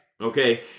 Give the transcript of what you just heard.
okay